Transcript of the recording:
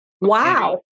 Wow